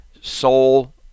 soul